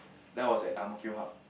that's was at ang-mo-kio hub